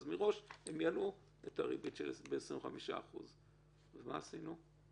מראש הם יעלו את הריבית ב-25%, ואז מה עשינו?